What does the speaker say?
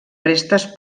restes